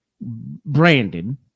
Brandon